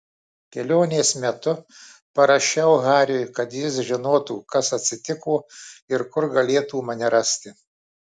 kelionės metu parašiau hariui kad jis žinotų kas atsitiko ir kur galėtų mane rasti